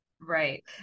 Right